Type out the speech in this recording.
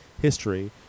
history